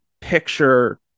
picture